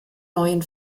neuen